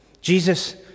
Jesus